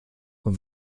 und